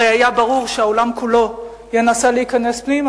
הרי היה ברור שהעולם כולו ינסה להיכנס פנימה,